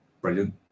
brilliant